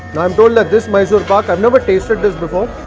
i'm told that this mysore pak, i've never tasted this before.